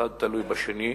האחד תלוי בשני,